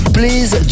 please